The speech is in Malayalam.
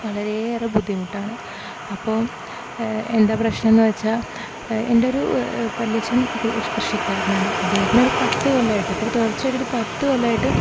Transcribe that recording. വളരെ ഏറെ ബുദ്ധിമുട്ടാണ് അപ്പോൾ എന്താണ് പ്രശ്നം എന്ന് വച്ചാൽ എൻ്റെ ഒരു വല്യച്ഛൻ കൃഷിക്കാരനാണ് അദ്ദേഹത്തിന് ഒരു പത്ത് കൊല്ലമായിട്ട് ഇപ്പോൾ തുടർച്ചയായിട്ട് ഇപ്പം ഒരു പത്ത് കൊല്ലമായിട്ടും